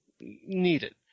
needed